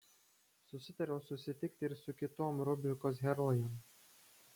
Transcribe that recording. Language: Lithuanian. susitariau susitikti ir su kitom rubrikos herojėm